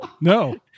no